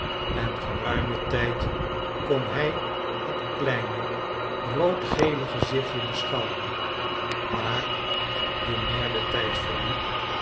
en geruimen tijd kon hij het kleine roodgele gezichtje beschouwen maar hoe meer de tijd verliep